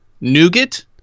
Nougat